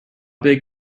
big